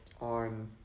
on